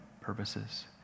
purposes